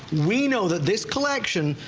we know that this collection,